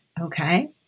okay